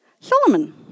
Solomon